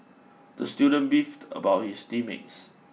the student beefed about his team mates